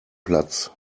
platz